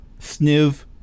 Sniv